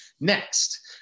next